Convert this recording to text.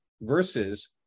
versus